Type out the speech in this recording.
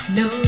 no